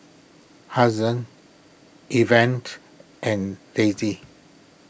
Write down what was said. Hazen Event and Daisy